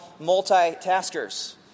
multitaskers